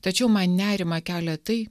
tačiau man nerimą kelia tai